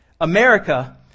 America